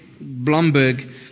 Blomberg